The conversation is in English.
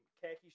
khaki